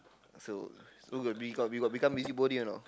so so got be you got become busybody or not